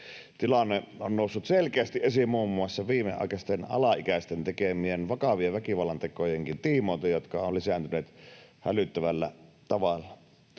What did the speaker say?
Tilanne on noussut selkeästi esiin muun muassa viimeaikaisten alaikäisten tekemien vakavien väkivallantekojenkin tiimoilta, jotka ovat lisääntyneet hälyttävällä tavalla.